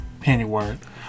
Pennyworth